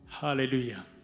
hallelujah